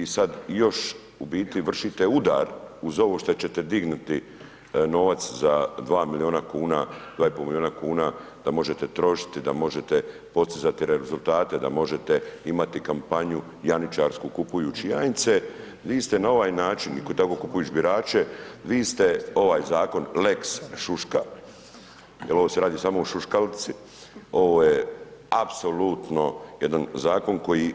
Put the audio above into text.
I sad još u biti vršite udar, uz ovo što ćete dignuti novac za 2 milijuna kuna, 2,4 milijuna kuna, da možete trošiti, da možete postizati rezultate, da možete imati kampanju, janjičarsku, kupujući janjce, vi ste na ovaj način i tako kupujući birače, vi ste ovaj zakon lex šuška, jer ovdje se radi samo o šuškavici, ovo je apsolutno jedan zakon koji,